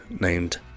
named